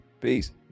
Peace